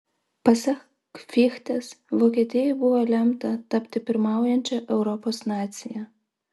pasak fichtės vokietijai buvo lemta tapti pirmaujančia europos nacija